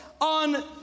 on